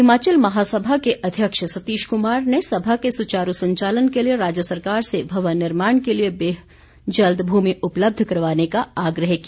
हिमाचल महासभा के अध्यक्ष सतीश कुमार ने सभा के सुचारू संचालन के लिए राज्य सरकार से भवन निर्माण के लिए जल्द भूमि उपलब्ध करवाने का आग्रह किया